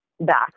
back